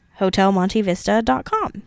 hotelmontevista.com